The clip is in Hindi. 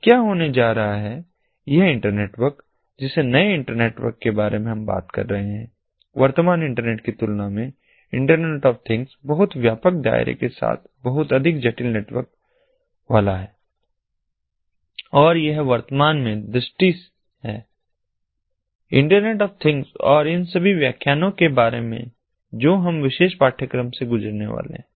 तो क्या होने जा रहा है यह इंटरनेटवर्क जिस नए इंटरनेटवर्क के बारे में हम बात कर रहे हैं वर्तमान इंटरनेट की तुलना में इंटरनेट ऑफ थिंग्स बहुत व्यापक दायरे के साथ बहुत अधिक जटिल नेटवर्क वाला है और यह वर्तमान में दृष्टि है इंटरनेट ऑफ थिंग्स और इन सभी व्याख्यानों के बारे में जो हम इस विशेष पाठ्यक्रम से गुजरने वाले हैं